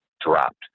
dropped